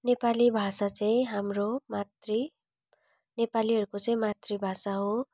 नेपाली भाषा चाहिँ हाम्रो मातृ नेपालीहरूको चाहिँ मातृभाषा हो